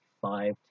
five